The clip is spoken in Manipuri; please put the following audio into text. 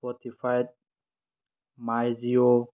Spotify my Jio